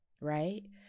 right